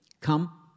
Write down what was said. Come